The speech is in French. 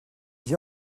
dit